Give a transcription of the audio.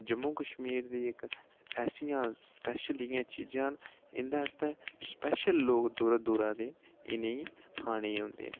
जम्मू कश्मीर दियां ऐसियां स्पेशल जेहियां चीज़ां न इं'दे आस्तै स्पेशल स्पेशल लोक दूरा दे इ'नें ई खाने ईं होंदे न